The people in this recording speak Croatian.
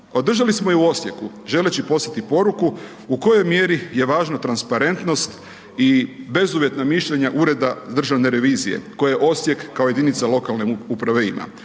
Održali smo ju u Osijeku, želeći poslati poruku, u kojoj mjeri je važna transparentnost i bezuvjetnog mišljenja Ureda državne revizije koju je Osijek kao jedinica lokalne uprave ima.